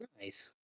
nice